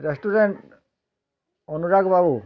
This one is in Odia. ରେଷ୍ଟୁରାଣ୍ଟ୍ ଅନୁରାଗ ବାବୁ